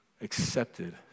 accepted